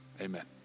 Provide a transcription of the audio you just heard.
Amen